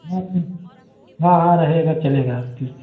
हाँ हाँ हाँ रहेगा चलेगा ठीक